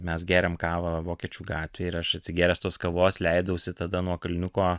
mes gerėm kavą vokiečių gatvėj ir aš atsigėręs tos kavos leidausi tada nuo kalniuko